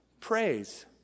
Praise